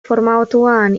formatuan